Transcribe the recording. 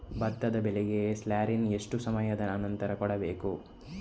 ಭತ್ತದ ಬೆಳೆಗೆ ಸ್ಲಾರಿಯನು ಎಷ್ಟು ಸಮಯದ ಆನಂತರ ಕೊಡಬೇಕು?